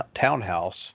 townhouse